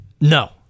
No